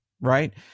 right